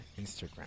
Instagram